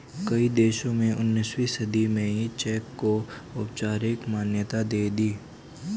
कई देशों ने उन्नीसवीं सदी में ही चेक को औपचारिक मान्यता दे दी